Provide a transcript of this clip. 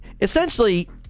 essentially